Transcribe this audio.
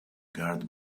guard